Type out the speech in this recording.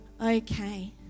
Okay